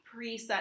preset